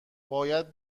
باید